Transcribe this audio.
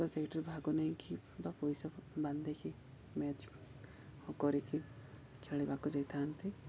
ତ ସେଇଟରେ ଭାଗ ନେଇକି ବା ପଇସା ବାନ୍ଧିକି ମ୍ୟାଚ କରିକି ଖେଳିବାକୁ ଯାଇଥାନ୍ତି